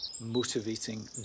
motivating